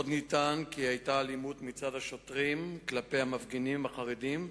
עוד נטען כי היתה אלימות מצד השוטרים כלפי המפגינים החרדים,